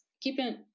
keeping